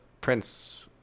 Prince